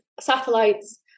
satellites